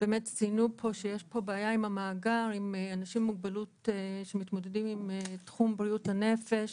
ציינו פה שיש בעיה עם המאגר עם אנשים שמתמודדים עם תחום בריאות הנפש,